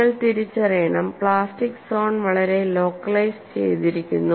നിങ്ങൾ തിരിച്ചറിയണം plastic zone വളരെ ലോക്കലൈസ്ഡ് ചെയ്തിരിക്കുന്നു